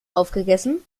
aufgegessen